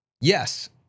yes